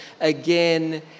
again